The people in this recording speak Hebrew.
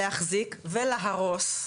להחזיק ולהרוס"